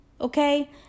Okay